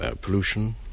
pollution